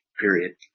period